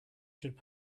should